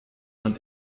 man